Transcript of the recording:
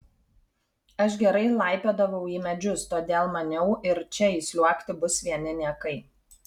aš gerai laipiodavau į medžius todėl maniau ir čia įsliuogti bus vieni niekai